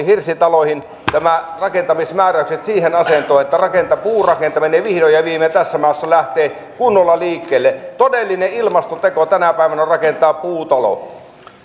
hirsitaloihin nämä rakentamismääräykset siihen asentoon että puurakentaminen vihdoin ja viimein tässä maassa lähtee kunnolla liikkeelle todellinen ilmastoteko tänä päivänä on rakentaa puutalo